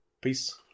Peace